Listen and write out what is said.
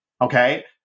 okay